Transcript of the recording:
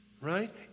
right